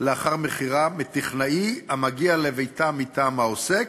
לאחר מכירה מטכנאי המגיע לביתם מטעם העוסק,